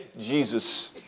Jesus